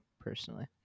personally